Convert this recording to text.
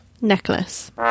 Necklace